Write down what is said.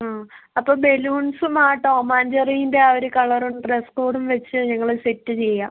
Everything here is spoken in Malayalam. ആ അപ്പം ബലൂൺസും ആ ടോം ആൻഡ് ജെറീൻ്റെ ആ ഒര് കളറ് ഡ്രെസ്സ് കോഡും വെച്ച് ഞങ്ങളത് സെറ്റ് ചെയ്യാം